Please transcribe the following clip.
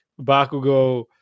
Bakugo